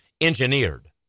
engineered